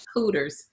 Hooters